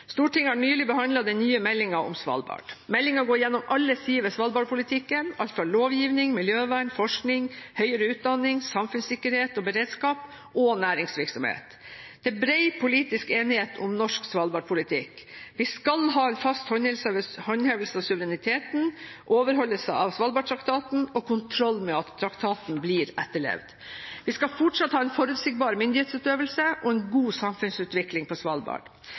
Stortinget har nylig behandlet den nye meldingen om Svalbard. Meldingen går gjennom alle sider ved svalbardpolitikken – alt fra lovgivning, miljøvern, forskning, høyere utdanning, samfunnssikkerhet og beredskap og næringsvirksomhet. Det er bred politisk enighet om norsk svalbardpolitikk: Vi skal ha en fast håndhevelse av suvereniteten, overholdelse av Svalbardtraktaten og kontroll med at traktaten blir etterlevd. Vi skal fortsatt ha en forutsigbar myndighetsutøvelse og en god samfunnsutvikling på Svalbard.